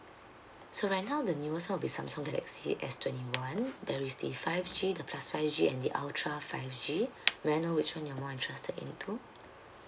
so right now the newest one will be samsung galaxy S twenty one there is the five G the plus five G and the ultra five G may I know which one you're more interested in to